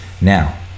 now